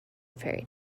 fairy